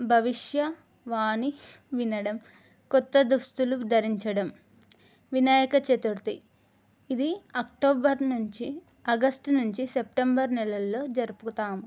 భవిష్య వాణి వినడం కొత్త దుస్తులు ధరించడం వినాయక చతుర్థి ఇది అక్టోబర్ నుంచి ఆగస్టు నుంచి సెప్టెంబర్ నెలల్లో జరుపుకుంటాము